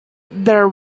there